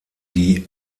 die